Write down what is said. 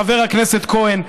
חבר הכנסת כהן,